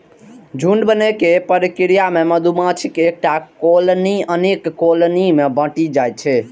झुंड बनै के प्रक्रिया मे मधुमाछीक एकटा कॉलनी अनेक कॉलनी मे बंटि जाइ छै